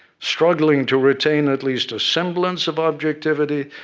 struggling to retain at least a semblance of objectivity,